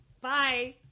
bye